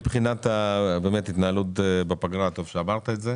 מבחינת ההתנהלות בפגרה, טוב שאמרת את זה.